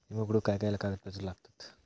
विमो उघडूक काय काय कागदपत्र लागतत?